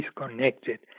disconnected